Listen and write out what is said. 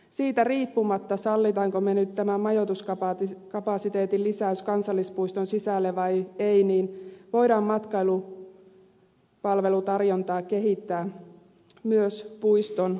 siitä riippumatta sallimmeko me nyt tämän majoituskapasiteetin lisäyksen kansallispuiston sisälle vai emme voidaan matkailupalvelutarjontaa kehittää myös puiston ulkopuolella